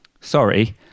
sorry